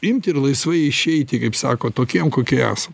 imt ir laisvai išeiti kaip sako tokiem kokie esam